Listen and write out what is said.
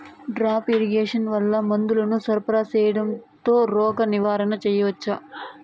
Drip irrigation వల్ల మందులను సరఫరా సేయడం తో రోగ నివారణ చేయవచ్చా?